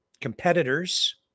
competitors